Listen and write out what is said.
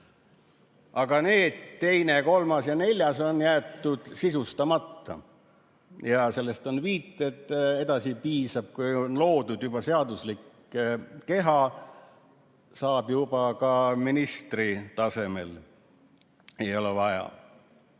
Aga need teine, kolmas ja neljas on jäetud sisustamata. Ja sellele on viited. Edasi piisab, kui on loodud juba seaduslik keha, saab juba teha ka ministri tasemel. Tuletan